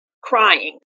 crying